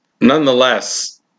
Nonetheless